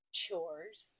chores